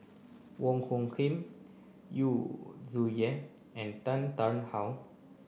Wong Hung Khim Yu Zhuye and Tan Tarn How